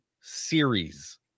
series